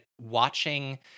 watching